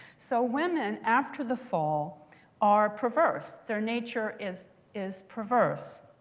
so women after the fall are perverse. their nature is is perverse.